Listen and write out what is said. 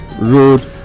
road